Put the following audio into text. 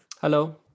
Hello